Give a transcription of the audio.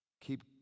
Keep